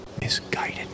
misguided